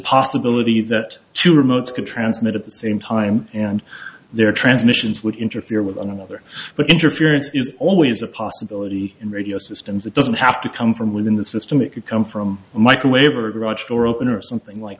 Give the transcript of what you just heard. possibility that two remotes can transmit at the same time and their transmissions would interfere with the mother but interference is always a possibility in radio systems it doesn't have to come from within the system it could come from a microwave or garage door opener or something like